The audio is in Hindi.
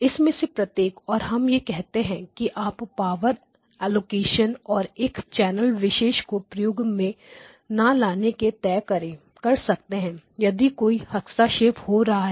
इनमें से प्रत्येक और हम यह कहते हैं कि आप पावर एलोकेशन और एक चैनल विशेष को प्रयोग में ना लाना भी तय कर सकते हैं यदि कोई हस्तक्षेपinterference हो रहा है